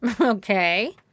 Okay